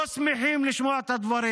לא שמחים לשמוע את הדברים.